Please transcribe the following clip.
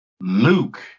Luke